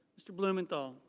mr. blumenthal.